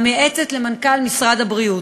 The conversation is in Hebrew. המייעצת למנכ"ל משרד הבריאות.